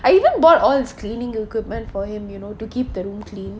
I even bought all cleaning equipment for him you know to keep them clean